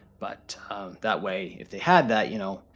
but that way, if they had that, you know,